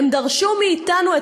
הם דרשו מאתנו לוותר על הר-הבית,